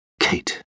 Kate